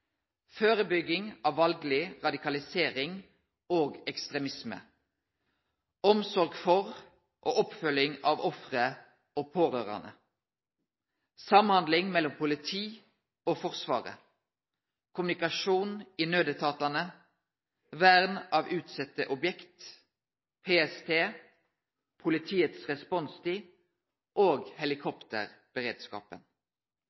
førebygging av valdeleg radikalisering og ekstremisme, omsorg for og oppfølging av offer og pårørande, samhandling mellom politiet og Forsvaret, kommunikasjon i nødetatane, vern av utsette objekt, PST, politiets responstid og